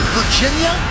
Virginia